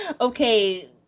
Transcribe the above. Okay